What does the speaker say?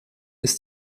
ist